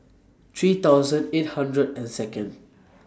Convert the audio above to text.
three thousand eight hundred and Second